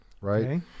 Right